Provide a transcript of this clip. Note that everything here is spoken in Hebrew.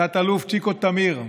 תא"ל צ'יקו תמיר,